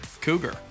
Cougar